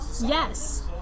Yes